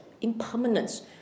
impermanence